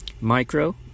micro